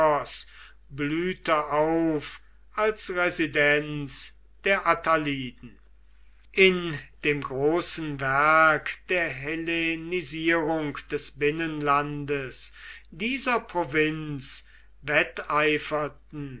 auf als residenz der attaliden in dem großen werk der hellenisierung des binnenlandes dieser provinz wetteiferten